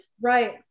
Right